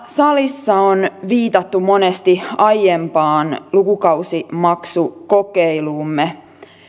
salissa on viitattu monesti aiempaan lukukausimaksukokeiluumme